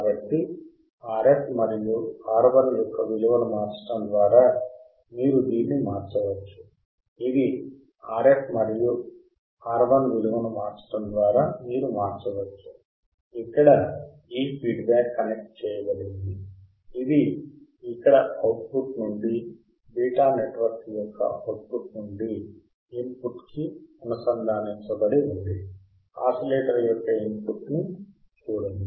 కాబట్టి RF మరియు RI యొక్క విలువను మార్చడం ద్వారా మీరు దీన్ని మార్చవచ్చు ఇది RF మరియు RI యొక్క విలువను మార్చడం ద్వారా మీరు మార్చవచ్చు ఇక్కడ ఈ ఫీడ్బ్యాక్ కనెక్ట్ చేయబడింది ఇది ఇక్కడ అవుట్పుట్ నుండి బీటా నెట్ వర్క్ యొక్క అవుట్పుట్ నుండి ఇన్పుట్ కి అనుసంధానించబడి ఉంది ఆసిలేటర్ యొక్క ఇన్పుట్ ని చూడండి